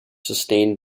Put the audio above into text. sustained